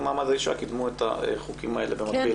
מעמד האישה קידמו את החוקים האלה במקביל,